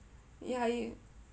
ya you